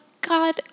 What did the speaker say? God